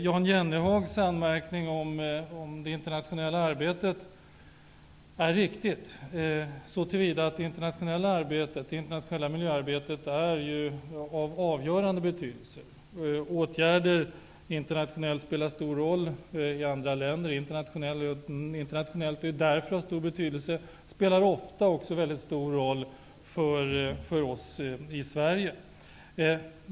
Jan Jennehags anmärkning om det internationella miljöarbetet är riktigt så till vida att det är av avgörande betydelse. Internationella åtgärder spelar stor roll i andra länder. Det spelar också ofta en mycket stor roll för oss i Sverige.